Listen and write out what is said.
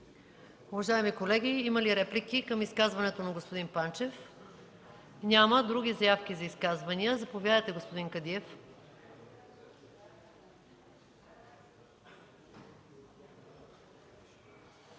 Уважаеми колеги, има ли реплики към изказването на господин Панчев? Няма. Други заявки за изказвания? Заповядайте, господин Кадиев.